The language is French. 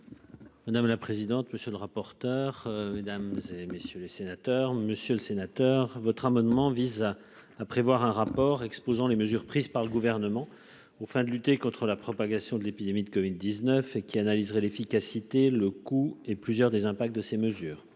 Madame la présidente, monsieur le rapporteur, mesdames, ces messieurs les sénateurs, Monsieur le Sénateur, votre amendement vise à prévoir un rapport exposant les mesures prises par le gouvernement aux fins de lutter contre la propagation de l'épidémie de Covid 19 et qui analyserait l'efficacité le coup et plusieurs des impacts de ces mesures,